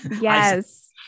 Yes